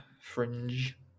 Fringe